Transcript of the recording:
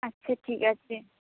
আচ্ছা ঠিক আছে